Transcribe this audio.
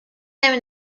نمی